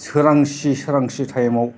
सोरांसि सोरांसि टाइमाव